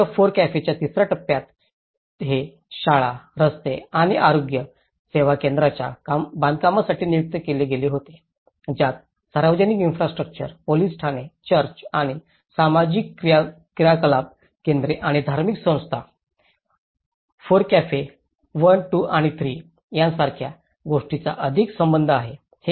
आणि शेवटच्या फोरकफेच्या तिसऱ्या टप्प्यात हे शाळा रस्ते आणि आरोग्य सेवा केंद्रांच्या बांधकामासाठी नियुक्त केले गेले होते ज्यात सार्वजनिक इन्फ्रास्ट्रउच्चर पोलिस ठाणे चर्च आणि सामाजिक क्रियाकलाप केंद्रे आणि धार्मिक संस्था फोरकफे 12 आणि 3 यासारख्या गोष्टींचा अधिक संबंध आहे